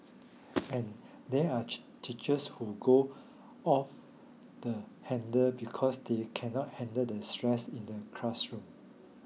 and there are teachers who go off the handle because they cannot handle the stress in the classroom